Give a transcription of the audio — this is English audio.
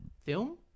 film